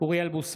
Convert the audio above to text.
אוריאל בוסו,